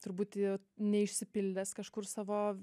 turbūt neišsipildęs kažkur savo